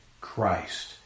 Christ